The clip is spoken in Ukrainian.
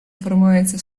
формується